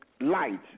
light